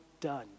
done